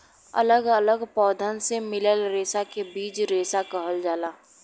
अलग अलग पौधन से मिलल रेसा के बीज रेसा कहल जाला